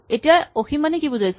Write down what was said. এতিয়া অসীম মানে কি বুজাইছো